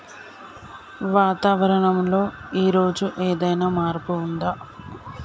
వాతావరణం లో ఈ రోజు ఏదైనా మార్పు ఉందా?